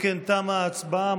אם כן, תמה ההצבעה.